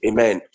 Amen